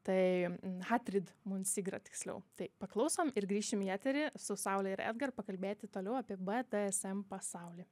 tai hatrid munsigra tiksliau tai paklausom ir grįšim į eterį su saule ir edgaru pakalbėti toliau apie bdsm pasaulį